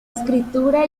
escritura